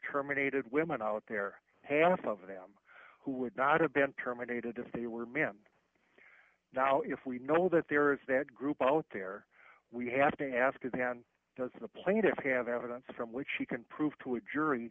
terminated women out there half of them who would not have been terminated if they were men now if we know that there is that group out there we have to ask then does the plaintiff have evidence from which she can prove to a jury